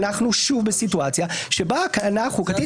אנחנו שוב בסיטואציה שבה ההגנה החוקתית